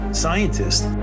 scientists